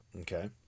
Okay